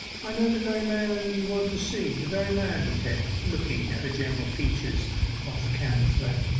i know the very man you want to see the very man he said, looking at the general features of the candle-flame.